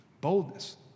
Boldness